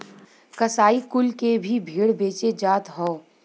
कसाई कुल के भी भेड़ बेचे जात हौ